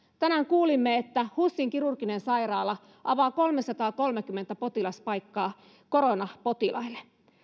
tänään kuulimme että husin kirurginen sairaala avaa kolmesataakolmekymmentä potilaspaikkaa koronapotilaille